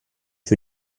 für